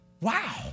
Wow